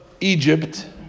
Egypt